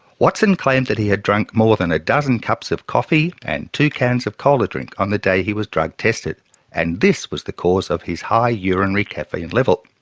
watson claimed that he had drunk more than a dozen cups of coffee and two cans of cola drink on the day he was drug tested and this was the cause of his high urinary caffeine level.